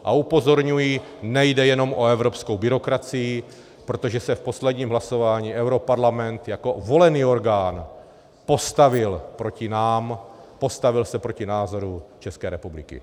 A upozorňuji, nejde jenom o evropskou byrokracii, protože se v posledním hlasování europarlament jako volený orgán postavil proti nám, postavil se proti názoru České republiky.